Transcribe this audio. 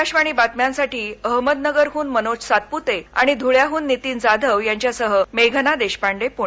आकाशवाणी बातम्यांसाठी अहमदनगरहन मनोज सातपृते आणि ध्वळ्याहून नितीन जाधव यांच्यासह मेघना देशपांडे प्णे